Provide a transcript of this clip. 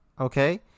Okay